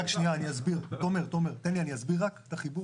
אנחנו